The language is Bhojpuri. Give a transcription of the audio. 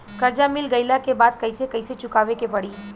कर्जा मिल गईला के बाद कैसे कैसे चुकावे के पड़ी?